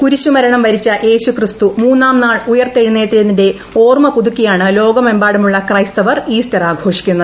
കുരിശുമരണം വരിച്ച യേശുക്രിസ്തു മൂന്നാം നാൾ ഉയർത്തെഴുന്നേറ്റത്തിന്റെ ഓർമ്മ പുതുക്കിയാണ് ലോകമെമ്പാടുമുള്ള ക്രൈസ്തവർ ഇൌസ്റ്റർ ആഘോഷിക്കുന്നത്